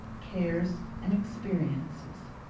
cares, and experiences.